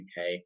UK